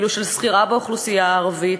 ואילו של שכירה באוכלוסייה הערבית,